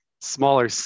smaller